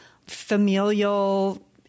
familial